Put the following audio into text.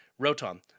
Rotom